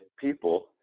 people